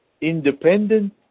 independent